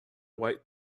white